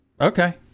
Okay